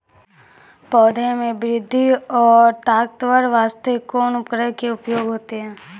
पौधा मे बृद्धि और ताकतवर बास्ते कोन उर्वरक के उपयोग होतै?